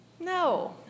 No